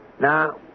Now